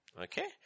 Okay